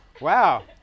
Wow